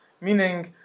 Meaning